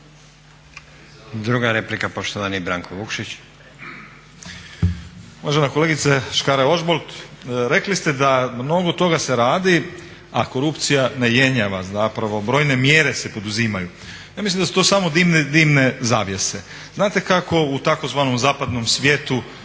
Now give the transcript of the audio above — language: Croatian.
Druga replika, poštovani Branko Vukšić.